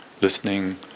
listening